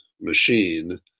machine